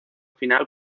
final